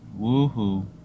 Woohoo